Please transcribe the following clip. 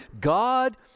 God